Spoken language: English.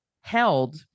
held